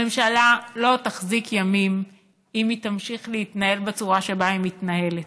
הממשלה לא תחזיק ימים אם היא תמשיך להתנהל בצורה שבה היא מתנהלת,